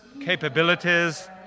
capabilities